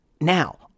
Now